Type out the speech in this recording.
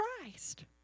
Christ